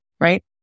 right